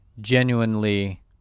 genuinely